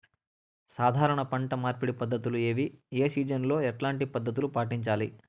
సాధారణ పంట మార్పిడి పద్ధతులు ఏవి? ఏ సీజన్ లో ఎట్లాంటి పద్ధతులు పాటించాలి?